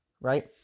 right